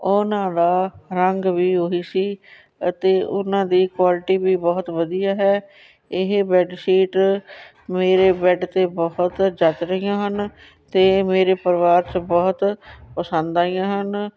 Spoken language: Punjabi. ਉਹਨਾਂ ਦਾ ਰੰਗ ਵੀ ਉਹੀ ਸੀ ਅਤੇ ਉਹਨਾਂ ਦੀ ਕੁਆਲਿਟੀ ਵੀ ਬਹੁਤ ਵਧੀਆ ਹੈ ਇਹ ਬੈੱਡਸ਼ੀਟ ਮੇਰੇ ਬੈੱਡ 'ਤੇ ਬਹੁਤ ਜੱਚ ਰਹੀਆਂ ਹਨ ਅਤੇ ਇਹ ਮੇਰੇ ਪਰਿਵਾਰ 'ਚ ਬਹੁਤ ਪਸੰਦ ਆਈਆਂ ਹਨ